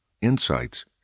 Insights